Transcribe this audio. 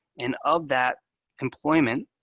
and of that employment,